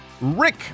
Rick